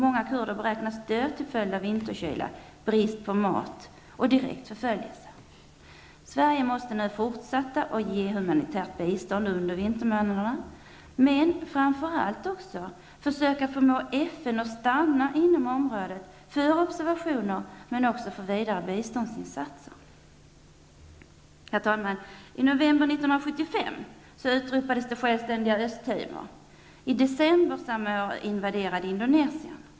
Många kurder beräknas dö till följd av vinterkyla, brist på mat och direkt förföljelse. Sverige måste fortsätta att ge humanitärt bistånd under vintermånaderna, men framför allt försöka förmå FN att stanna inom området för observationer men även för vidare biståndsinsatser. Herr talman! I november 1975 utropades det självständiga Östtimor. I december samma år invaderades landet av Indonesien.